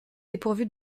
dépourvu